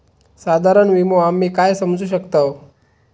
साधारण विमो आम्ही काय समजू शकतव?